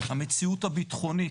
המציאות הביטחונית,